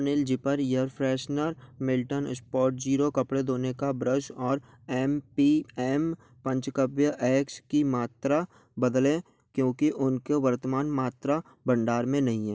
निल zipper air freshener Milton spot zero कपड़े धोने का ब्रश और M P M Panchakavya eggs की मात्रा बदलें क्योंकि उनकी वर्तमान मात्रा भंडार में नहीं है